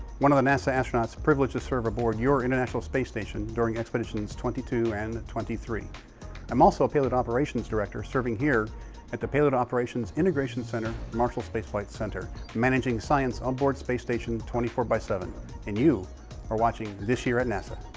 one of the nasa astronauts privileged to serve aboard your international space station during expeditions twenty two and twenty three. i am also a payload operations director serving here at the payload operations integration center, marshall space flight center, managing science on board space station twenty four by seven and you are watching this year at nasa.